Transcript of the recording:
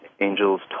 angels